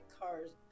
cars